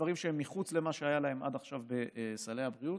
לדברים שהם מחוץ למה שהיה להם עד עכשיו בסלי הבריאות,